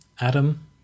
Adam